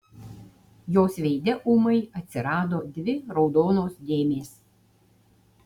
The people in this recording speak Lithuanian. jos veide ūmai atsirado dvi raudonos dėmės